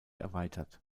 erweitert